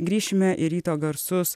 grįšime į ryto garsus